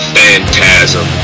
Phantasm